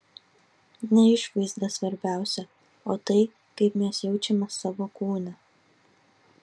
ne išvaizda svarbiausia o tai kaip mes jaučiamės savo kūne